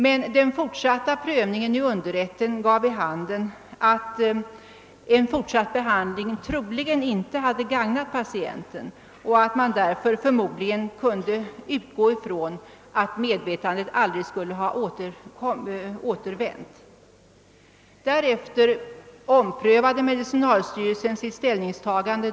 Men den fortsatta prövningen vid underrätten gav vid handen, att en fortsatt behandling troligen inte hade gagnat patienten och att man därför förmodligen kunde utgå ifrån att medvetandet aldrig skulle ha återvänt. Därefter omprövade medicinalstyrelsen sitt ställningstagande.